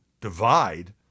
divide